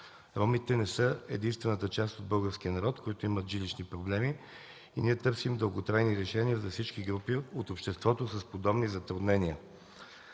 Ромите не са единствената част от българския народ, които имат жилищни проблеми. Ние търсим дълготрайни решения за всички групи от обществото с подобни затруднения.